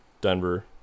Denver